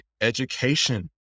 education